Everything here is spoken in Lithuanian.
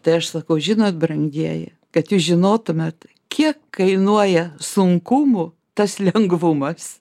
tai aš sakau žinot brangieji kad jūs žinotumėt kiek kainuoja sunkumų tas lengvumas